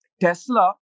Tesla